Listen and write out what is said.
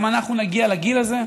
גם אנחנו נגיע לגיל הזה,